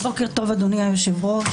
בוקר טוב, אדוני היושב-ראש,